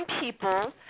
people –